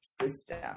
system